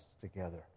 together